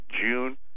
June